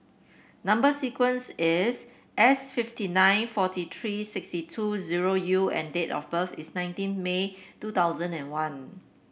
number sequence is S fifty nine forty three sixty two zero U and date of birth is nineteen May two thousand and one